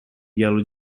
yellow